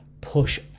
push